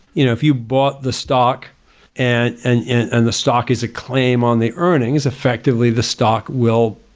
you know if you bought the stock and and and the stock is a claim on the earnings effective the the stock will